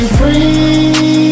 free